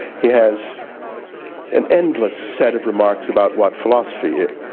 he has an endless set of remarks about what philosophy is.